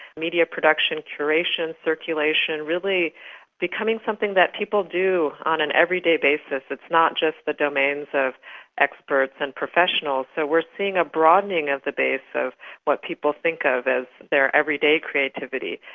media production, curation, circulation really becoming something that people do on an everyday basis, it's not just the domains of experts and professionals. so we're seeing a broadening of the base of what people think of as their everyday creativity.